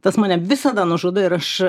tas mane visada nužudo ir aš